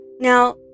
Now